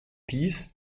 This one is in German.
dies